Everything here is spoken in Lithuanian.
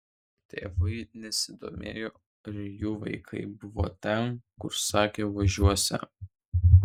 tėvai nesidomėjo ar jų vaikai buvo ten kur sakė važiuosią